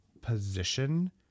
position